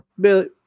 Billy